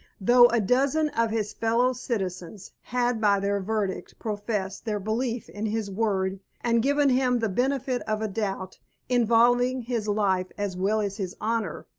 though a dozen of his fellow-citizens had by their verdict professed their belief in his word and given him the benefit of a doubt involving his life as well as his honour,